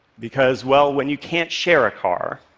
because, well, when you can't share a car,